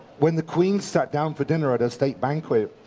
when the queen sat down for dinner at a state banquet,